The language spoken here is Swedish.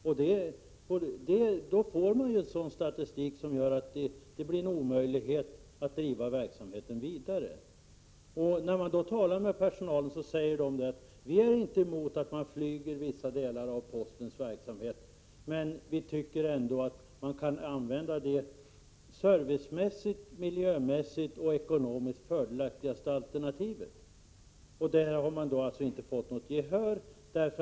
Med hänvisning till statistiken kan man då säga att det är omöjligt att driva verksamheten vidare. När man talar med personalen säger den att den inte är emot att vissa delar av postens verksamhet ombesörjs via flyget men att den tycker att man skall använda det servicemässigt, miljömässigt och ekonomiskt fördelaktigaste alternativet. Det har personalen inte fått något gehör för.